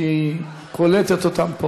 שהיא קולטת פה.